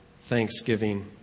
thanksgiving